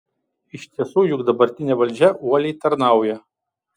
iš tiesų juk dabartinė valdžia uoliai tarnauja